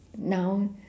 now